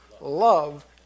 love